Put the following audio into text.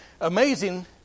amazing